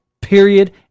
period